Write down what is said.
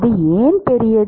அது ஏன் பெரியது